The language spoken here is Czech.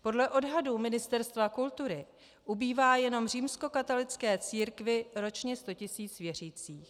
Podle odhadů Ministerstva kultury ubývá jenom římskokatolické církvi ročně sto tisíc věřících.